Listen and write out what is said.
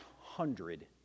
hundred